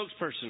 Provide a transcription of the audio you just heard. spokesperson